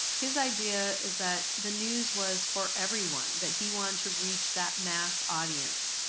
his idea is that the news was for every one. that he wanted to reach that mass audience.